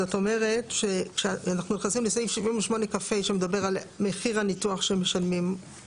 את אומרת שכשאנחנו נכנסים לסעיף 78כד(ב) שמדבר על מחיר הניתוח שמשלמים,